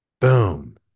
Boom